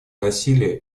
насилие